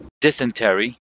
dysentery